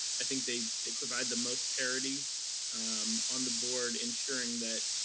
i think they they provide the most parity on the board, ensuring that,